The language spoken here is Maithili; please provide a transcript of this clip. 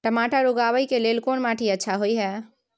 टमाटर उगाबै के लेल कोन माटी अच्छा होय है?